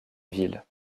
ville